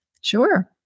Sure